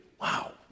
Wow